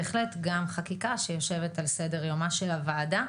בהחלט גם חקיקה שיושבת על סדר יומה של הוועדה,